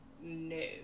no